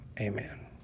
amen